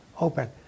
open